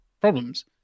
problems